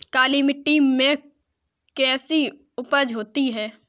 काली मिट्टी में कैसी उपज होती है?